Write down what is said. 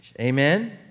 amen